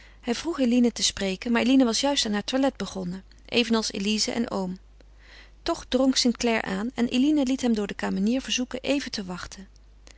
hij vroeg eline te spreken maar eline was juist aan haar toilet begonnen evenals elize en oom toch drong st clare aan en eline liet hem door de kamenier verzoeken even te wachten